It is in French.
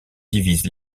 divise